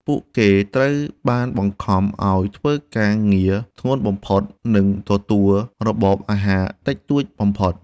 ពួកគេត្រូវបានបង្ខំឱ្យធ្វើការងារធ្ងន់បំផុត និងទទួលរបបអាហារតិចតួចបំផុត។